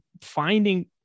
finding